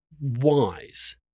wise